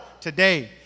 today